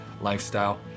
lifestyle